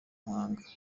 muhanga